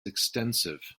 extensive